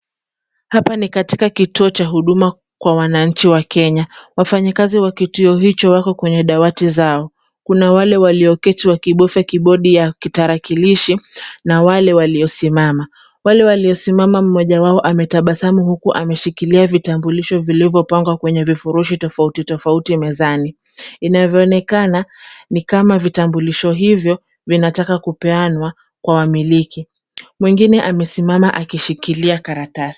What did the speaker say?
Hapa ni katika kituo cha huduma kwa wananchi wa Kenya. Wafanyikazi wa kituo hicho wako kwenye dawati zao. Kuna wale walioketi wakibofya kibodi ya kitarakilishi na wale waliosimama. Wale waliosimama mmoja wao ametabasamu huku ameshikilia vitambulisho vilivyopangwa kwenye vifurushi tofauti tofauti mezani. Inavyoonekana, ni kama vitambulisho hivyo vinataka kupeanwa kwa wamiliki. Mwingine amesimama akishikilia karatasi.